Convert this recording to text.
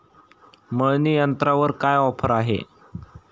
मळणी यंत्रावर काय ऑफर आहे?